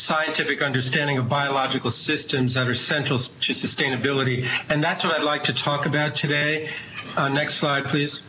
scientific understanding of biological systems that are central to sustainability and that's what i'd like to talk about today the next slide please